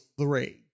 three